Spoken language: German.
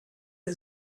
der